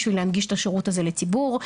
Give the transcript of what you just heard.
בשביל להנגיש את השירות הזה לציבור.